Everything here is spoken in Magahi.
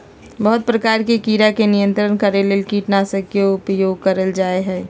बहुत प्रकार के कीड़ा के नियंत्रित करे ले कीटनाशक के उपयोग कयल जा हइ